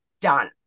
done